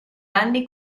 anni